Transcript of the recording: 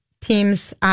Teams